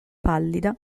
pallida